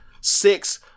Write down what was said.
six